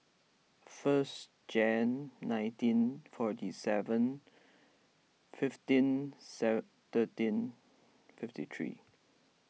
first Jan nineteen forty seven fifteen fifty three